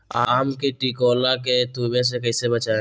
आम के टिकोला के तुवे से कैसे बचाई?